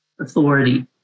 authority